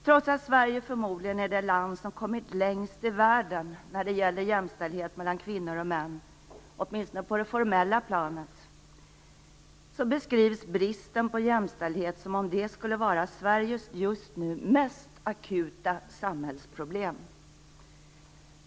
Trots att Sverige förmodligen är det land som kommit längst i världen när det gäller jämställdhet mellan kvinnor och män - åtminstone på det formella planet - så beskrivs bristen på jämställdhet som om det skulle vara Sveriges just nu mest akuta samhällsproblem.